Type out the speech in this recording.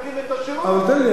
אני עכשיו אמרתי,